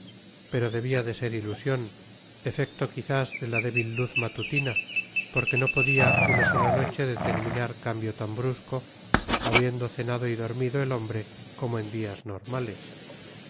pero debía de ser ilusión efecto quizás de la débil luz matutina porque no podía una sola noche determinar cambio tan brusco habiendo cenado y dormido el hombre como en días normales